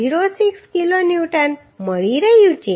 06 kilonewton મળી રહ્યું છે